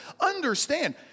understand